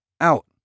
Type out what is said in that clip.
out